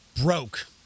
broke